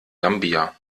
gambia